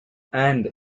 and